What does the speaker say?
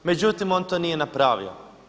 Međutim on to nije napravio.